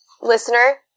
listener